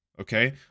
okay